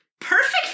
Perfect